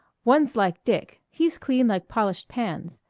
one's like dick he's clean like polished pans.